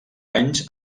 anys